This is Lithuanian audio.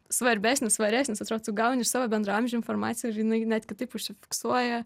svarbesnis svaresnis atrodo tu gauni iš savo bendraamžių informaciją ir jinai net kitaip užfiksuoja